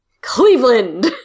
Cleveland